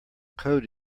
code